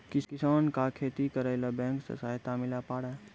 किसान का खेती करेला बैंक से सहायता मिला पारा?